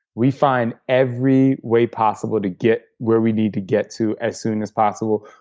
we find every way possible to get where we need to get to, as soon as possible.